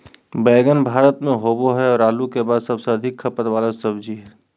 बैंगन भारत में होबो हइ और आलू के बाद सबसे अधिक खपत वाला सब्जी हइ